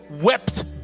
wept